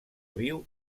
viu